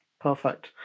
Perfect